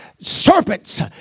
serpents